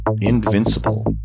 Invincible